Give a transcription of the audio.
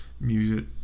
music